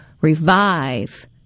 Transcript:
revive